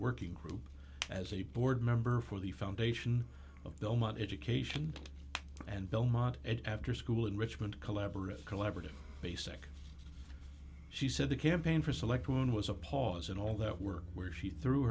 working group as a board member for the foundation of belmont education and belmont afterschool enrichment collaborative collaborative basic she said the campaign for selectman was a pause in all that work where she threw